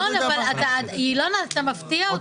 ינון, אתה מפתיע אותי.